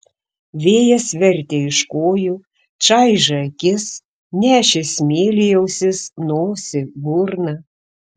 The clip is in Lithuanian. vėjas vertė iš kojų čaižė akis nešė smėlį į ausis nosį burną